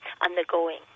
undergoing